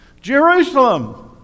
Jerusalem